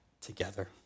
together